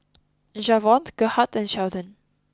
Javonte Gerhardt and Sheldon